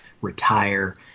retire